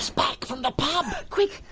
back from the pub! quick,